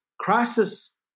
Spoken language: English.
Crisis